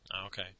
Okay